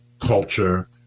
culture